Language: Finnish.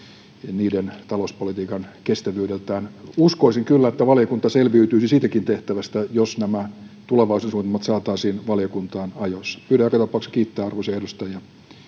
niiden talouspolitiikan kestävyyden osalta uskoisin kyllä että valiokunta selviytyisi siitäkin tehtävästä jos nämä tulevaisuusohjelmat saataisiin valiokuntaan ajoissa pyydän joka tapauksessa saada kiittää arvoisia edustajia